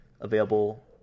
available